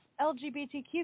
LGBTQ